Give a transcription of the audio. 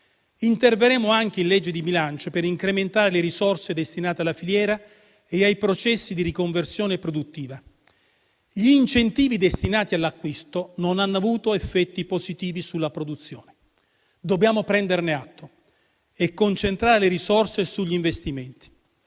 Interverremo anche in legge di bilancio per incrementare le risorse destinate alla filiera e ai processi di riconversione produttiva. Gli incentivi destinati all'acquisto non hanno avuto effetti positivi sulla produzione. Dobbiamo prenderne atto e concentrare le risorse sugli investimenti.